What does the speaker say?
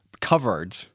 covered